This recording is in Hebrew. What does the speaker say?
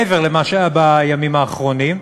מעבר למה שהיה בימים האחרונים.